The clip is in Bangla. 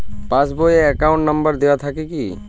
পাস বই এ অ্যাকাউন্ট নম্বর দেওয়া থাকে কি?